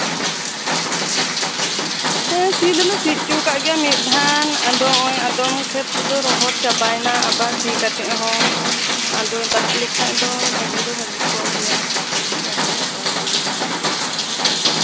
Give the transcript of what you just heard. ᱦᱮᱸ ᱥᱤ ᱫᱚᱞᱮ ᱥᱤ ᱦᱚᱪᱚ ᱠᱟᱫᱟ ᱢᱤᱫ ᱫᱷᱟᱢ ᱟᱫᱚᱢ ᱠᱷᱮᱛ ᱠᱚᱫᱚ ᱨᱚᱦᱚᱲ ᱪᱟᱵᱟᱭ ᱱᱟ ᱥᱤ ᱠᱟᱛᱮ ᱦᱚᱸ ᱟᱫᱚ ᱫᱟᱜ ᱞᱮᱠᱷᱟᱱ ᱫᱚ ᱵᱷᱟᱜᱤ ᱠᱚᱜ ᱜᱮᱭᱟ ᱨᱚᱦᱚᱲ ᱪᱟᱵᱟᱭᱱᱟ